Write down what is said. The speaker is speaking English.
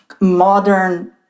modern